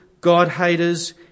God-haters